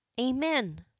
Amen